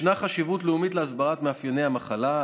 ישנה חשיבות לאומית להסברת מאפייני המחלה,